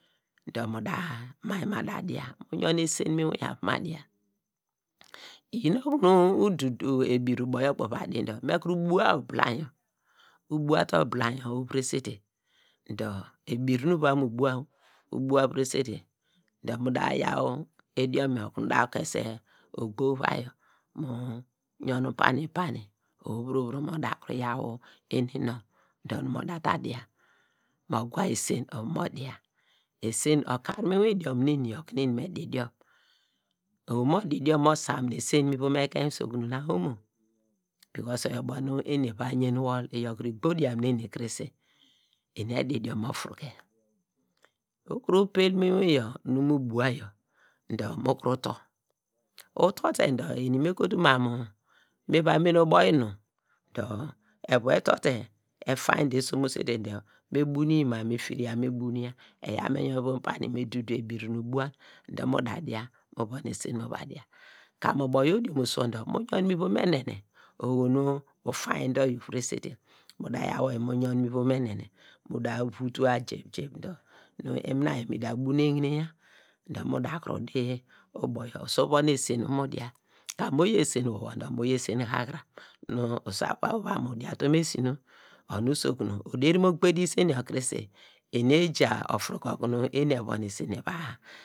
Dor mu da, mai ma da din, mu yon esen mu inwin ava ma dia uyi owei nu udu du ebir ubo yor kpei uva di dor me kuru bua oblainy yor, ubua te ibilainy yor uviresete dor, ebir nu uva mu bua- o dor uviresete dor mu da yaw idiom yor mu kese ogbo uvai yaw mu yon pani pani owei vuro vuro mo yaw inu nonw dor mu da ta dia, mo gwa esen ova mo dia esen okar mu idiom neni yor okunu eni me di diom owei mo di idiom mo samine esen mu ekem usokun na omo oyor ubo nu eni eva yen wol, iyor kuru igbe diam neni krese eni edi idiom ofuruke ukuru pale mu inwin iyor mu bua yor do mu kuru tor ukuru tor te dor eni me kotu mam mu miva mene ubo enu dor evu etor te efanya te esomo sete dor me bunyi ma dor me fir'ya dor me bunya eyaw me yon mu ivom pani me dudu ebir nu ubuany dor nu mu da dia, mu von esen mu va dia kam mu ubor yor odiomosu wor dor mu yon mu ivom enene oho nu ufanya tor oyi uviresete mu da yaw oyi mu yon mu ivom enene, mu da vutua gim gim dor imina yor minda bunnegneya dor mu da kuru di ubo yor usu kuru yaw nu esen ukuru va mu dia, kam oyi esen wor wor dor mo yi esen hahram nu uyaw va mu dia utom esi nu onu usokun oderi mo gbedi isen yor krese eni eja ofur ke okunu eni evon esen eva di.